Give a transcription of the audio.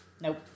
Nope